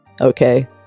okay